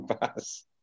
pass